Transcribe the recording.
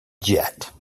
jet